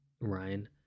ryan